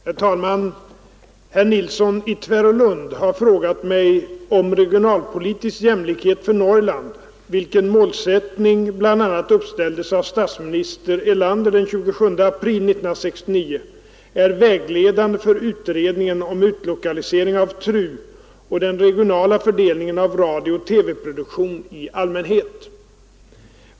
Herr talman! Herr Nilsson i Tvärålund har frågat mig om regionalpolitisk jämlikhet för Norrland — vilken målsättning bl.a. uppställdes av statsminister Erlander den 27 april 1969 — är vägledande för utredningen om utlokalisering av TRU och den regionala fördelningen av radiooch TV-programproduktion i allmänhet.